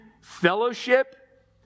fellowship